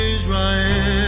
Israel